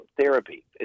therapy